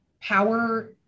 power